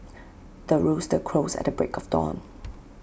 the rooster crows at the break of dawn